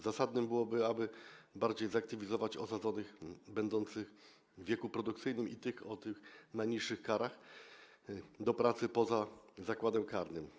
Zasadne byłoby, aby bardziej zaktywizować osadzonych będących w wieku produkcyjnym i tych o najniższych karach do pracy poza zakładem karnym.